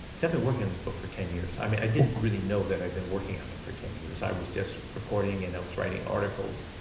see, i'd been working on this book for ten years. i mean, i didn't really know that i'd been working on it for ten years. i was just recording, and i was writing articles.